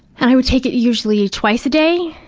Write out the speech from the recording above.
and i would take it usually twice a day.